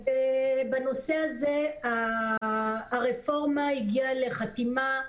בנושא הזה הרפורמה הגיעה לחתימה.